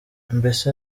mbese